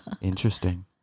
Interesting